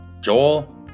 joel